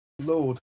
Lord